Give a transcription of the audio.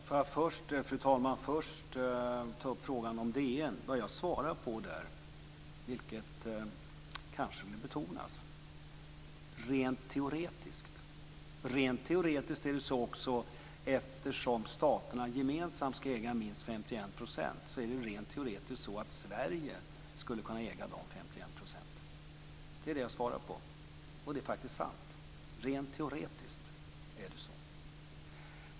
Fru talman! Låt mig först ta upp frågan om DN. Det kanske bör betonas att eftersom staterna gemensamt skall äga minst 51 % är det rent teoretiskt så att Sverige skulle kunna äga de 51 procenten. Det var detta jag svarade, och det är faktiskt sant. Rent teoretiskt är det så.